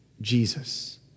Jesus